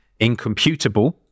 incomputable